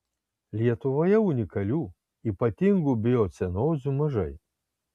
lietuvoje unikalių ypatingų biocenozių mažai